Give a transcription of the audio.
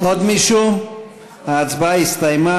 חברי הכנסת,